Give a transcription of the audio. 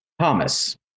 Thomas